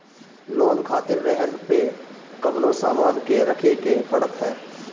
loan खातिर रेहन पअ कवनो सामान के रखे के पड़त हअ